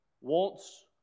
wants